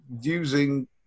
using